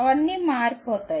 అవన్నీ మారిపోతాయి